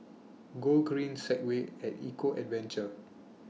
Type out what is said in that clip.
Gogreen Segway At Eco Adventure